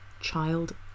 Child